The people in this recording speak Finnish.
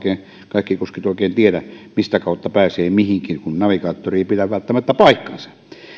kaikki kuskit oikein tiedä mistä kautta pääsee mihinkin kun navigaattori ei pidä välttämättä paikkansa